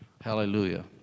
Hallelujah